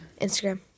Instagram